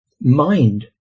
mind